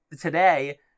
today